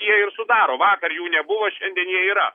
jie ir sudaro vakar jų nebuvo šiandien jie yra